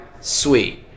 sweet